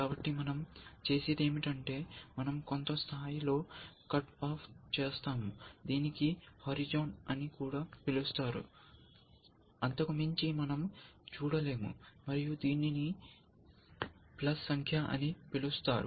కాబట్టి మనం చేసేది ఏమిటంటే మనం కొంత స్థాయిలో కట్ ఆఫ్ చేస్తాము దీనిని హోరిజోన్ అని కూడా పిలుస్తారు అంతకు మించి మనం చూడలేము మరియు దీనిని ప్లైస్ సంఖ్య అని పిలుస్తారు